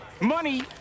Money